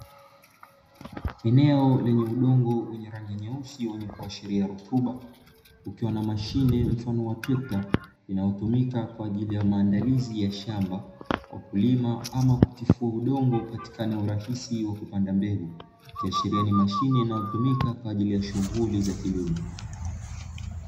Eneo lenye udongo wenye rangi nyeusi likiashiria rutuba, kukiwa na mashine mfano wa trekta inayotumika kwaajili ya maandalizi ya shamba kwa kulima ama kutifua udongo ili upatikane urahisi wa kupanda mbegu ikiashiria ni mashine inayotumika kwaajili ya shughuli ya kilimo.